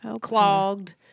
clogged